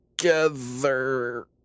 Together